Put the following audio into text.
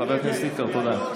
חבר הכנסת דיכטר, תודה.